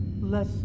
less